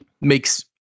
makes